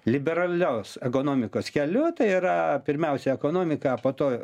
liberalios ekonomikos keliu tai yra pirmiausia ekonomika po to